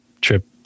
trip